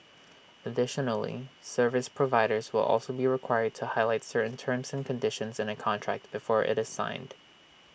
additionally service providers will also be required to highlight certain terms and conditions in A contract before IT is signed